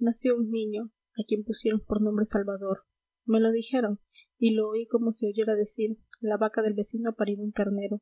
nació un niño a quien pusieron por nombre salvador me lo dijeron y lo oí como si oyera decir la vaca del vecino ha parido un ternero